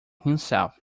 himself